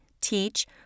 teach